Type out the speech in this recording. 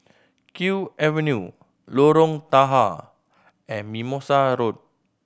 Kew Avenue Lorong Tahar and Mimosa Road